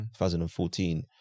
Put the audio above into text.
2014